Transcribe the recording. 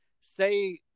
say